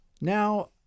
Now